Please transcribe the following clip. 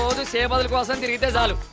the sambaar vessel.